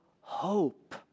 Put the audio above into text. hope